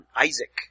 Isaac